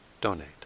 donate